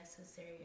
necessary